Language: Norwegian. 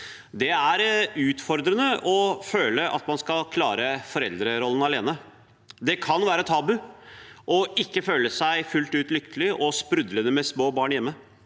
Det er utfordrende å føle at man skal klare foreldrerollen alene. Det kan være tabu å ikke føle seg fullt ut lykkelig og sprudlende med små barn hjemme.